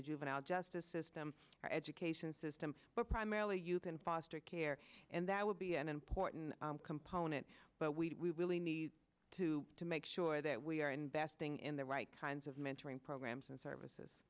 the juvenile justice system education system but primarily you can foster care and that will be an important component but we really need to to make sure that we are investing in the right kinds of mentoring programs and services